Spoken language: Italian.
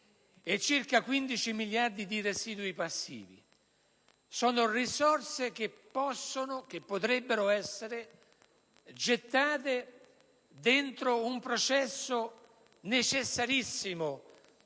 e circa 15 miliardi di residui passivi. Sono risorse che potrebbero essere destinate ad un processo necessario,